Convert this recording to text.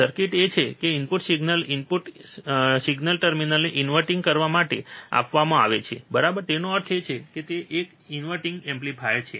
circuit એ છે કે ઇનપુટ સિગ્નલ ઇનપુટ સિગ્નલ ટર્મિનલને ઇન્વર્ટીંગ કરવા માટે આપવામાં આવે છે બરાબર તેનો અર્થ એ છે કે તે એક ઇન્વર્ટીંગ એમ્પ્લીફાયર છે